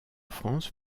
france